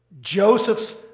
Joseph's